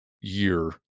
year